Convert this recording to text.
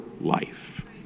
life